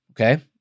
okay